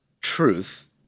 truth